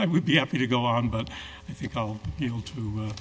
i would be happy to go on but if you call two